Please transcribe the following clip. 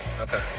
Okay